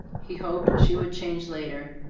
he hoped she would change later.